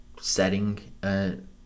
setting